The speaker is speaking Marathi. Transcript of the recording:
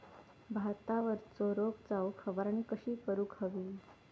भातावरचो रोग जाऊक फवारणी कशी करूक हवी?